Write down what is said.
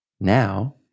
now